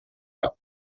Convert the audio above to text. cap